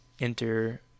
enter